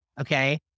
Okay